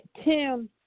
Tim